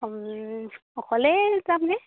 অকলেই যামনে